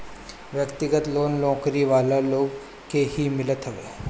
व्यक्तिगत लोन नौकरी वाला लोग के ही मिलत हवे